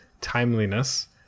timeliness